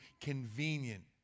convenient